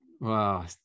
wow